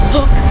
Look